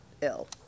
ill